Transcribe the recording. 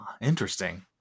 Interesting